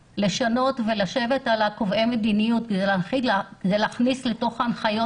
לשבת על קובעי המדיניות כדי להכניס להנחיות